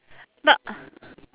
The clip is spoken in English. but